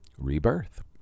Rebirth